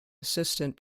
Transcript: assistant